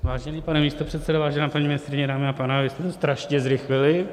Vážený pane místopředsedo, vážená paní ministryně, dámy a pánové, vy jste to strašně zrychlili.